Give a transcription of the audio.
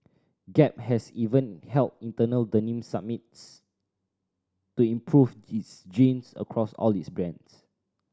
Gap has even held internal denim summits to improve its jeans across all its brands